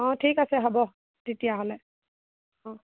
অঁ ঠিক আছে হ'ব তেতিয়াহ'লে অঁ